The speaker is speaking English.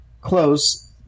close